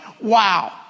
wow